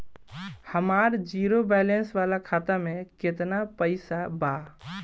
हमार zero balance वाला खाता में केतना पईसा बा?